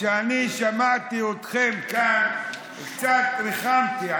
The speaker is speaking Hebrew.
כשאני שמעתי אתכם כאן קצת ריחמתי,